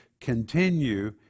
continue